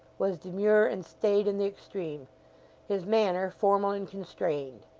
was demure and staid in the extreme his manner, formal and constrained.